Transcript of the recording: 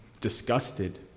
disgusted